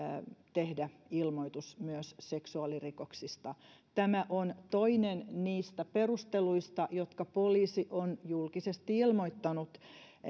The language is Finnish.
tehdä ilmoitus myös seksuaalirikoksista tämä on toinen niistä perusteluista jotka poliisi on julkisesti ilmoittanut